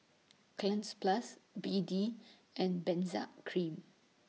Cleanz Plus B D and Benzac Cream